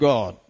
God